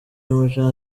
y’umuco